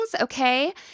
okay